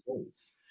space